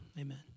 amen